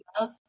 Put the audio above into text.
love